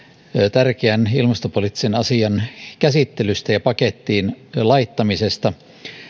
tärkeän ilmastopoliittisen asian käsittelystä ja pakettiin laittamisesta